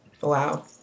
Wow